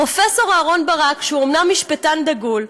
פרופ' אהרן ברק, שהוא אומנם משפטן דגול,